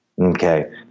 Okay